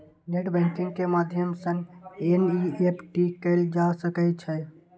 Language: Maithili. नेट बैंकिंग के माध्यम सं एन.ई.एफ.टी कैल जा सकै छै